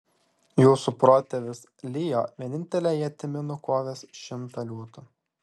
jūsų protėvis lijo vienintele ietimi nukovęs šimtą liūtų